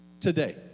Today